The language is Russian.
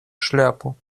шляпу